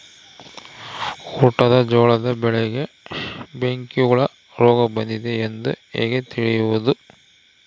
ಊಟದ ಜೋಳದ ಬೆಳೆಗೆ ಬೆಂಕಿ ಹುಳ ರೋಗ ಬಂದಿದೆ ಎಂದು ಹೇಗೆ ತಿಳಿಯುವುದು?